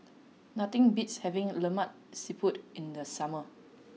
nothing beats having Lemak Siput in the summer